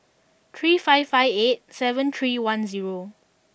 three five five eight seven three one zero